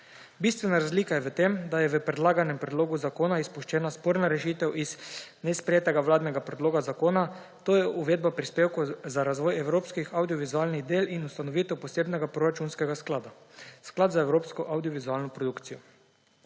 Bistvena razlika je v tem, da je v predlaganem predlogu zakona izpuščena sporna rešitev iz nesprejetega vladnega predloga zakona, to je uvedba prispevkov za razvoj evropskih avdiovizualnih del in ustanovitev posebnega proračunskega sklada, sklada za evropsko avdiovizualno produkcijo.